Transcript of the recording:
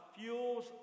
fuels